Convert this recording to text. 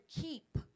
keep